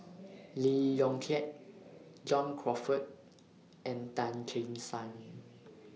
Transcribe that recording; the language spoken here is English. Lee Yong Kiat John Crawfurd and Tan Che Sang